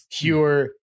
pure